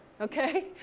Okay